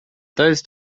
those